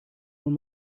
von